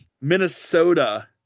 Minnesota